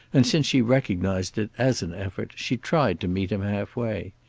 and since she recognized it as an effort, she tried to meet him half way.